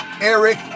Eric